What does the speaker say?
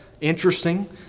interesting